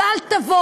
אז אל תבוא